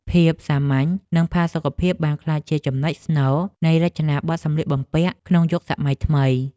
ភាពសាមញ្ញ និងផាសុកភាពបានក្លាយជាចំណុចស្នូលនៃរចនាប័ទ្មសម្លៀកបំពាក់ក្នុងយុគសម័យថ្មី។